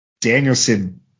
danielson